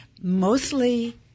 Mostly